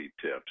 tips